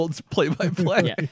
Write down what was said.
play-by-play